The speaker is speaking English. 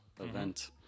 event